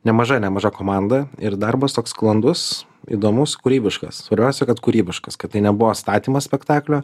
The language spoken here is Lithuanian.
nemaža nemaža komanda ir darbas toks sklandus įdomus kūrybiškas svarbiausia kad kūrybiškas kad tai nebuvo statymas spektaklio